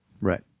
Right